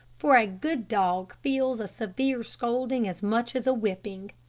for a good dog feels a severe scolding as much as a whipping.